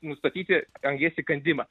nustatyti angies įkandimą